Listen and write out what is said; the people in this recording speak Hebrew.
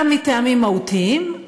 גם מטעמים מהותיים,